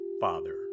Father